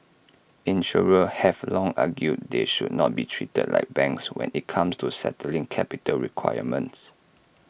insurers have long argued they should not be treated like banks when IT comes to setting capital requirements